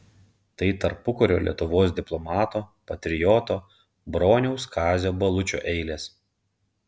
tai tarpukario lietuvos diplomato patrioto broniaus kazio balučio eilės